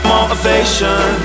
Motivation